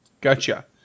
Gotcha